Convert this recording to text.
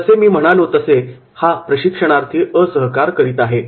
जसे मी म्हणालो की हा प्रशिक्षणार्थी असहकार करीत आहे